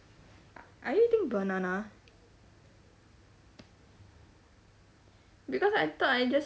are you eating banana because I thought I just